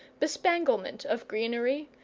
bespanglement of greenery,